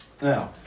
Now